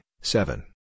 seven